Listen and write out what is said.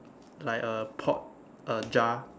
like a pot a jar